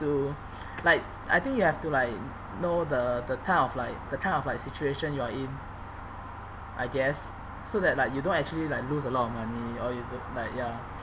to like I think you have to like know the the type of like the kind of like situation you are in I guess so that like you don't actually like lose a lot of money or you don't like ya